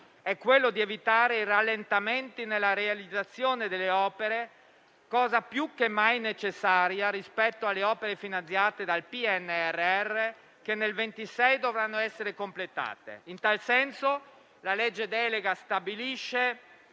è quello di evitare rallentamenti nella realizzazione delle opere, cosa più che mai necessaria rispetto a quelle finanziate dal PNRR, che nel 2026 dovranno essere completate. In tal senso, la legge delega stabilisce